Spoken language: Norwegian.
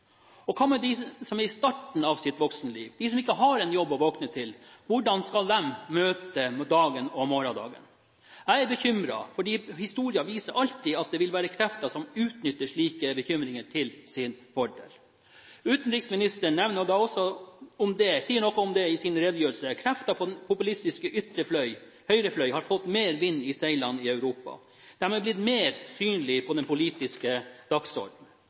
Hva med dem som er i starten av sitt voksenliv, som ikke har en jobb å våkne til? Hvordan skal de møte dagen og morgendagen? Jeg er bekymret fordi historien alltid viser at det vil være krefter som utnytter slike bekymringer til sin fordel. Utenriksministeren sier også noe om det i sin redegjørelse, at krefter på den populistiske ytre høyre fløy har fått mer vind i seilene i Europa. De har blitt mer synlige på den politiske